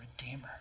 redeemer